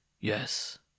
Yes